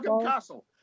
Castle